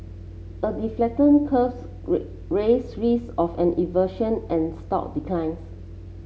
a the flattening curve raises risks of an inversion and stock declines